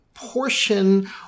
portion